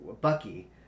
Bucky